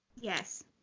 yes